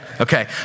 okay